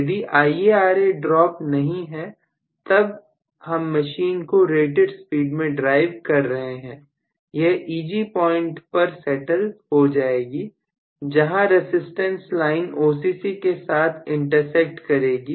यदि IaRa drop नहीं है तब हम मशीन को रेटेड स्पीड में ड्राइव कर रहे हैं यह Eg पॉइंट पर सेटल हो जाएगी जहां रसिस्टेंस लाइन OCC के साथ इंटरसेक्ट करेगी